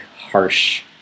harsh